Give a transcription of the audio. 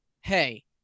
hey